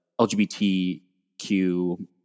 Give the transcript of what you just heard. LGBTQ